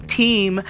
team